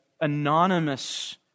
anonymous